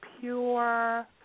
pure